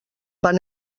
van